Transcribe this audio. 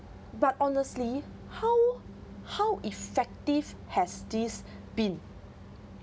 but honestly how how effective has this been